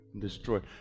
destroyed